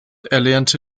erlernte